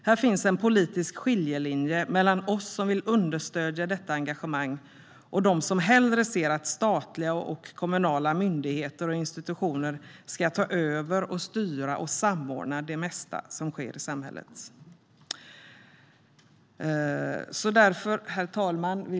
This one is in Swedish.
Här finns en politisk skiljelinje mellan oss som vill understödja detta engagemang och dem som hellre ser att statliga och kommunala myndigheter och institutioner ska ta över, styra och samordna det mesta som sker i samhället. Herr talman!